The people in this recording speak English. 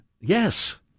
Yes